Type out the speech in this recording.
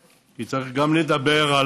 כי צריך גם לדבר על